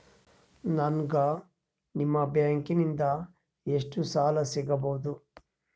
ನನಗ ನಿಮ್ಮ ಬ್ಯಾಂಕಿನಿಂದ ಎಷ್ಟು ಸಾಲ ಸಿಗಬಹುದು?